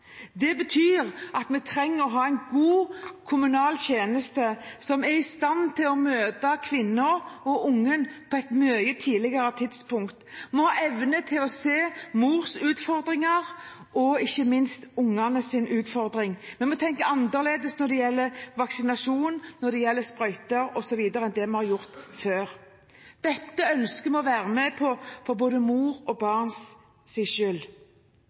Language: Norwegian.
Det betyr at vi trenger å ha en god kommunal tjeneste, som er i stand til å møte kvinnen og ungen på et mye tidligere tidspunkt, og som har evnen til å se mors og ikke minst ungens utfordring. Vi må tenke annerledes når det gjelder vaksinasjon, når det gjelder sprøyter osv., enn det vi har gjort før. Dette ønsker vi å være med på for både mors og barnets skyld.